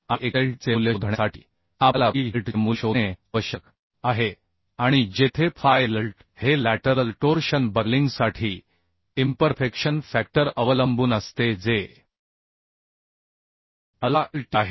आणि xlt चे मूल्य शोधण्यासाठी आपल्याला phi lt चे मूल्य शोधणे आवश्यक आहे आणि जेथे phi lt हे लॅटरल टोर्शन बकलिंगसाठी इम्परफेक्शन फॅक्टर अवलंबून असते जे अल्फा lt आहे